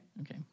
Okay